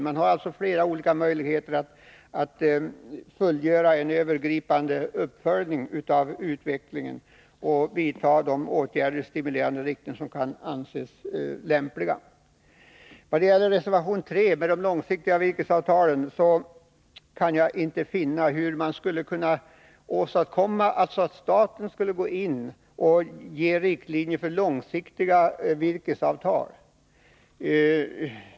Man har alltså redan flera olika möjligheter att övergripande följa utvecklingen och vidta de åtgärer i stimulerande riktning som kan anses lämpliga. I vad gäller reservation 3 om de långsiktiga virkesavtalen kan jag inte finna hur man skulle kunna göra det möjligt för staten att gå in och ge riktlinjer för långsiktiga virkesavtal.